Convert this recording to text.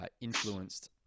influenced